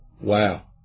Wow